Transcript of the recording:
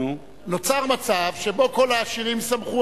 נוצר מצב שבו כל העשירים שמחו,